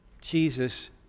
Jesus